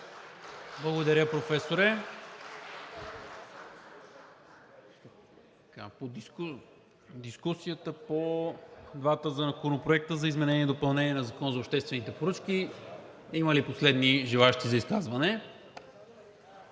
Благодаря Ви, Професоре. По дискусията по двата законопроекта за изменение и допълнение на Закона за обществените поръчки има ли последни желаещи за изказвания?